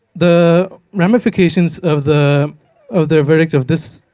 the ramifications of the of the verdict of this